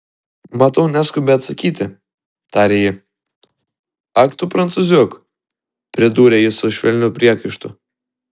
matau neskubi atsakyti tarė ji ak tu prancūziuk pridūrė ji su švelniu priekaištu